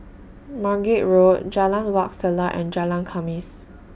Margate Road Jalan Wak Selat and Jalan Khamis